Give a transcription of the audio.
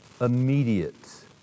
immediate